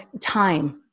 Time